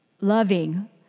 loving